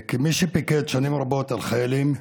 כמי שפיקד שנים רבות על חיילים,